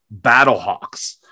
Battlehawks